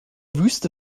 wüste